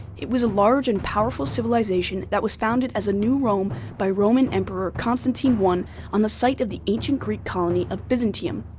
it was a large and powerful civilization that was founded as a new rome by roman emperor constantine i on the site of the ancient greek colony of byzantium.